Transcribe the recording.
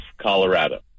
Colorado